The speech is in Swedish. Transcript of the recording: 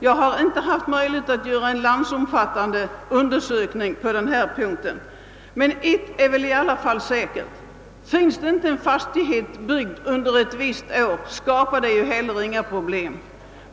Jag har inte haft möjlighet att göra en landsomfattande undersökning på denna punkt men ett är väl i alla fall säkert: finns det inte en fastighet byggd under ett visst år skapas inte heller några problem.